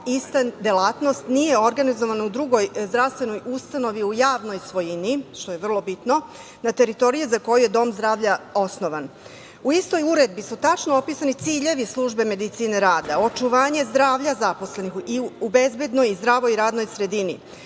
ista delatnost nije organizovana u drugoj zdravstvenoj ustanovi u javnoj svojini, što je vrlo bitno, na teritoriji za koje je dom zdravlja osnovan.U istoj uredbi su tačno opisani ciljevi službe medicine rada, očuvanje zdravlja zaposlenih i u bezbednoj, zdravoj sredini.